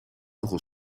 nogal